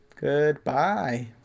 Goodbye